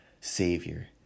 savior